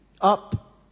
up